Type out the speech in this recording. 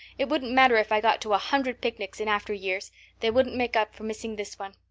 it wouldn't matter if i got to a hundred picnics in after years they wouldn't make up for missing this one.